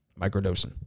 Microdosing